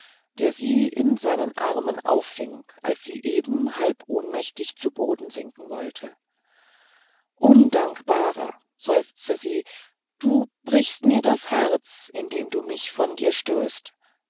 der sie in seinen armen auffing als sie eben halb ohnmächtig zu boden sinken wollte undankbarer seufzte sie du brichst mir das herz indem du mich von dir stößest